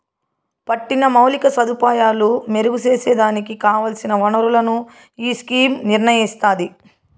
పట్టిన మౌలిక సదుపాయాలు మెరుగు సేసేదానికి కావల్సిన ఒనరులను ఈ స్కీమ్ నిర్నయిస్తాది